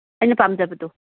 ꯑꯩꯅ ꯄꯥꯝꯖꯕꯗꯣ